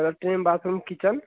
latrine bathroom kitchen